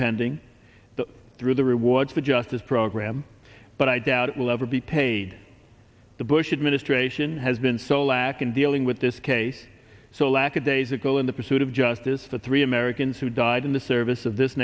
pending the through the rewards for justice program but i doubt it will ever be paid the bush administration has been so lacking in dealing with this case so lackadaisical in the pursuit of justice for three americans who died in the service of this